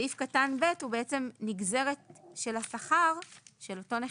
סעיף קטן (ב) הוא בעצם נגזרת של השכר של אותו נכה,